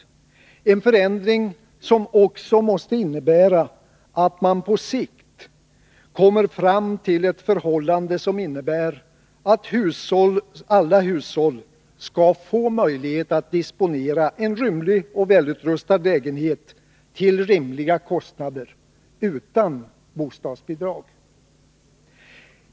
En sådan förändring måste också innebära att man på sikt kommer fram till ett förhållande där alla hushåll får möjlighet att disponera en rymlig och välutrustad lägenhet till rimliga kostnader, utan bostadsbidrag.